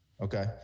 Okay